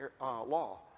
law